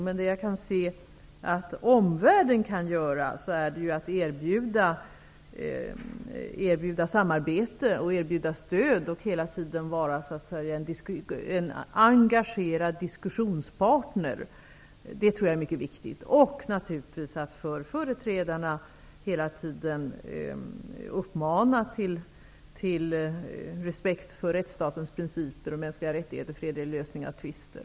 Men det omvärlden kan göra är att erbjuda samarbete och stöd och att hela tiden vara en engagerad diskussionspartner. Jag tror att det är mycket viktigt. Dessutom bör man hela tiden uppmana företrädarna till respekt för rättsstatens principer, mänskliga rättigheter och fredliga lösningar av tvister.